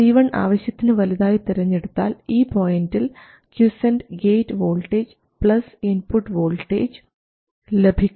C1 ആവശ്യത്തിന് വലുതായി തെരഞ്ഞെടുത്താൽ ഈ പോയിൻറിൽ quiescent gate voltage plus input voltage ലഭിക്കും